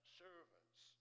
servants